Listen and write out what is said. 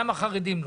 גם החרדים לא.